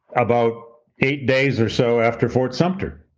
about eight days or so after fort sumpter.